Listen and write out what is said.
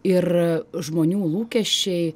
ir žmonių lūkesčiai